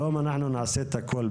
היום אנחנו נעשה את הכול,